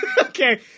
Okay